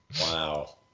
Wow